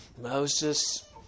Moses